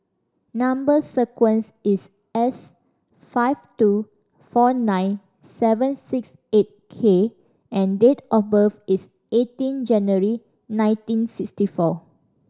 number sequence is S five two four nine seven six eight K and date of birth is eighteen January nineteen sixty four